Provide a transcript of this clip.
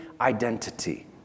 identity